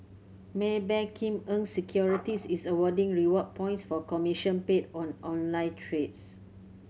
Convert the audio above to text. Maybank Kim Eng Securities is awarding reward points for commission paid on online trades